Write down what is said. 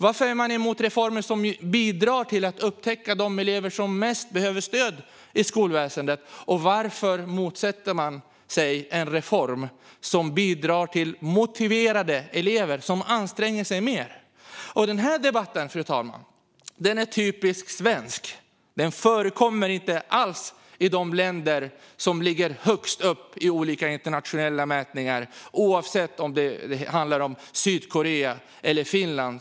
Varför är man emot reformer som bidrar till att upptäcka de elever som mest behöver stöd i skolväsendet? Varför motsätter man sig en reform som bidrar till motiverade elever som anstränger sig mer? Den här debatten är typiskt svensk, fru talman. Den förekommer inte alls i de länder som ligger högst upp i olika internationella mätningar, oavsett om det handlar om Sydkorea eller Finland.